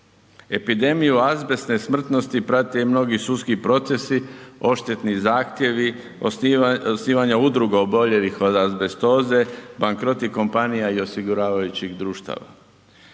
Epidemiju azbestne smrtnosti prati i mnogi sudski procesi, odštetni zahtjevi, osnivanja udruga oboljelih od azbestoze, bankroti kompanija i osiguravajućih društava